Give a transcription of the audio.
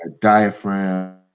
diaphragm